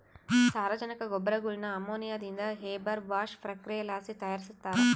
ಸಾರಜನಕ ಗೊಬ್ಬರಗುಳ್ನ ಅಮೋನಿಯಾದಿಂದ ಹೇಬರ್ ಬಾಷ್ ಪ್ರಕ್ರಿಯೆಲಾಸಿ ತಯಾರಿಸ್ತಾರ